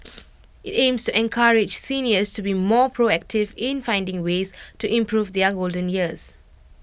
IT aims encourage seniors to be more proactive in finding ways to improve their golden years